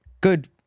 Good